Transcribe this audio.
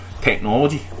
technology